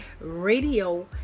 Radio